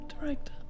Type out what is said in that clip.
director